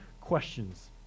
questions